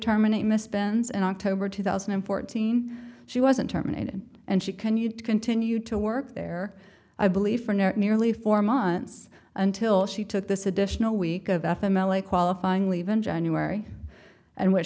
terminate miss benz in october two thousand and fourteen she wasn't terminated and she can you continue to work there i believe for nearly four months until she took this additional week of f m l a qualifying leave in january and wh